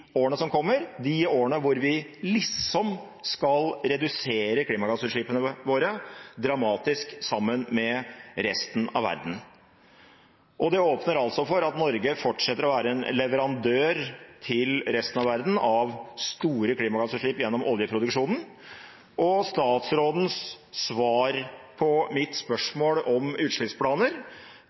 årene som kommer – de årene hvor vi liksom skal redusere klimagassutslippene våre dramatisk, sammen med resten av verden. Det åpner for at Norge fortsetter å være en leverandør til resten av verden av store klimagassutslipp gjennom oljeproduksjonen. Statsrådens svar på mitt spørsmål om utslippsplaner